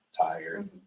tired